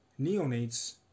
neonates